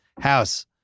House